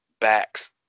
backs